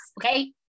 Okay